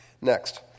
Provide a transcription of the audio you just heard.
Next